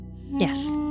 yes